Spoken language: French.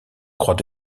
croix